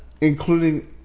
including